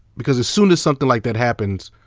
because as soon as something like that happens,